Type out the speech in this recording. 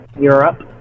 Europe